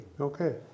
okay